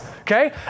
okay